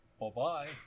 Bye-bye